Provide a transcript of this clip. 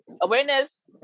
awareness